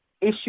issue